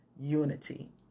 unity